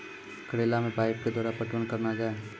करेला मे पाइप के द्वारा पटवन करना जाए?